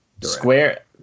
Square